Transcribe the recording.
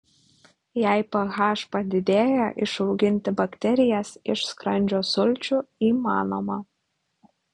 jei ph padidėja išauginti bakterijas iš skrandžio sulčių įmanoma